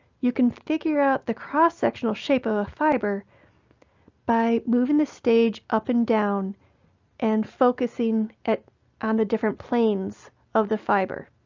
you can figure out the cross-sectional shape of a fiber by moving the stage up and down and focusing on the different planes of the fiber.